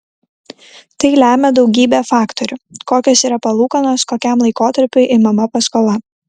tai lemia daugybė faktorių kokios yra palūkanos kokiam laikotarpiui imama paskola